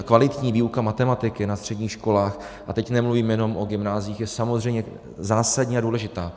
Kvalitní výuka matematiky na středních školách, a teď nemluvím jenom o gymnáziích, je samozřejmě zásadní a důležitá.